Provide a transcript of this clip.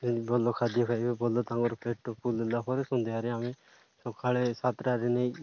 ଭଲ ଖାଦ୍ୟ ଖାଇବେ ଭଲ ତାଙ୍କର ପେଟ ପୁରିଲା ପରେ ସନ୍ଧ୍ୟାରେ ଆମେ ସକାଳେ ସାତଟାରେ ନେଇ